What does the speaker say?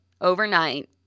overnight